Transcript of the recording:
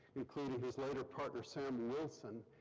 including his later partner, sam wilson,